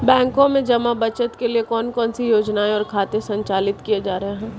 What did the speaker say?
बैंकों में जमा बचत के लिए कौन कौन सी योजनाएं और खाते संचालित किए जा रहे हैं?